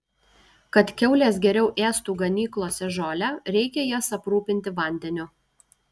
kad kiaulės geriau ėstų ganyklose žolę reikia jas aprūpinti vandeniu